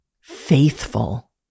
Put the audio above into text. faithful